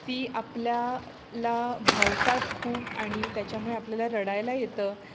ती आपल्या ला भावतात खूप आणि त्याच्यामुळे आपल्याला रडायला येतं